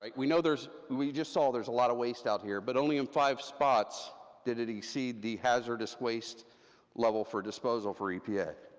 like we know there's, we just saw there's a lot of waste out here, but only in five spots did it exceed the hazardous waste level for disposal for epa.